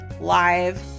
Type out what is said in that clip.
live